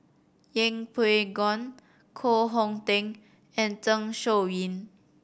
Yeng Pway Ngon Koh Hong Teng and Zeng Shouyin